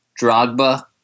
Drogba